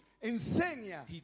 enseña